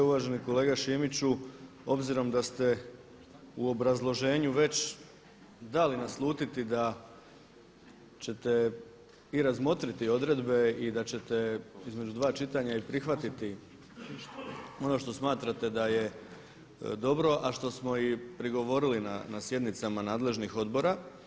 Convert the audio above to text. Uvaženi kolega Šimiću, obzirom da ste u obrazloženju već dali naslutiti da ćete i razmotriti odredbe i da ćete između dva čitanja i prihvatiti ono što smatrate da je dobro, a što smo i prigovorili na sjednicama nadležnih odbora.